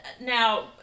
Now